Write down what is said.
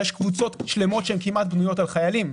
ויש קבוצות שלמות שהן כמעט בנויות על חיילים,